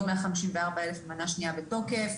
עוד 154,000 מנה שלישית בתוקף.